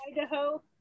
Idaho